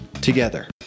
together